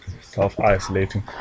self-isolating